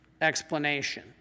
explanation